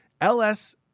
LS